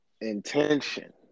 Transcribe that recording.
intention